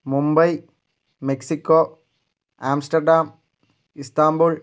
Mumbai Mexico Amsterdam Istanbul